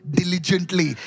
diligently